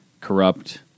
corrupt